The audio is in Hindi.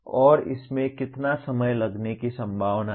और इसमें कितना समय लगने की संभावना है